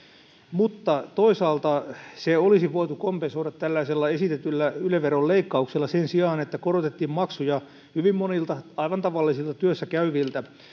mutta toisaalta se olisi voitu kompensoida tällaisella esitetyllä yle veron leikkauksella sen sijaan että korotettiin maksuja hyvin monilta aivan tavallisilta työssä käyviltä